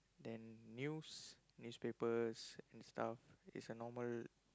then news newspapers and stuff is a normal